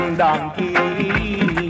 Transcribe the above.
donkey